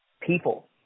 people